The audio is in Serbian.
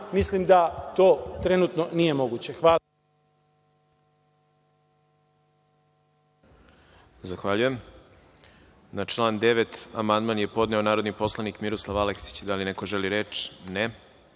mislim da to trenutno nije moguće.